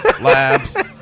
Labs